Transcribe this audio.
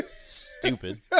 stupid